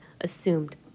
assumed